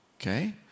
Okay